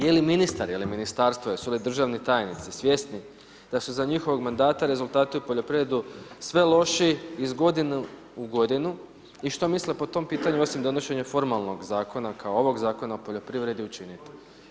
Je li ministar ili ministarstvo, jesu li državni tajnici svjesni da su za njihovog mandata rezultati u poljoprivredi sve lošiji iz godine u godinu i što misle po tom pitanju osim donošenja formalnog zakona kao ovog zakona u poljoprivredi učiniti?